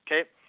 okay